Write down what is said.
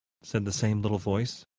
said the same little voice.